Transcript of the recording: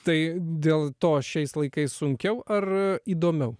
tai dėl to šiais laikais sunkiau ar įdomiau